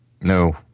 No